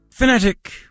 Fanatic